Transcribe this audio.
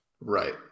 Right